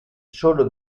solo